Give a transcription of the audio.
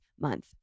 month